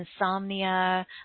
insomnia